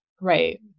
Right